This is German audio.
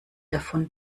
davon